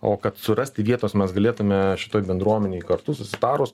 o kad surasti vietos mes galėtume šitoj bendruomenėj kartu susitarus